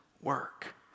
work